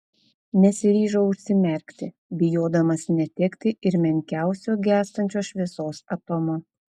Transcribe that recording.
nesiryžau užsimerkti bijodamas netekti ir menkiausio gęstančios šviesos atomo